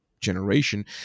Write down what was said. generation